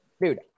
Dude